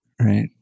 right